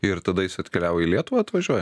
ir tada jis atkeliauja į lietuvą atvažiuoja